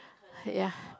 ya